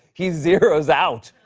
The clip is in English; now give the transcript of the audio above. he zeros out.